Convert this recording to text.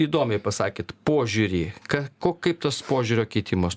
įdomiai pasakėt požiūrį ka ko kaip tas požiūrio keitimas